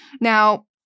Now